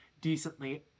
decently